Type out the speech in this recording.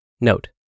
Note